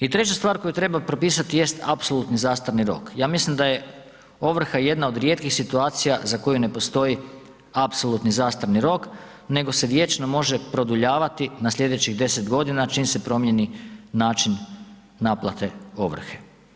I treća stvar koju propisati jest apsolutni zastarni rok, ja mislim da je ovrha jedna od rijetkih situacija za koju ne postoji apsolutni zastarni rok, nego se vječno može produljavati na slijedećih 10 godina čim se promjeni način naplate ovrhe.